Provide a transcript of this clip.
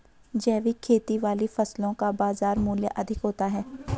जैविक खेती वाली फसलों का बाजार मूल्य अधिक होता है